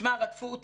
שמע, רדפו אותי.